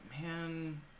man